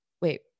wait